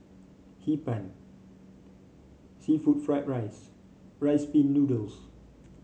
Hee Pan seafood Fried Rice Rice Pin Noodles